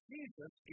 Jesus